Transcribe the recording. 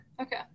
Okay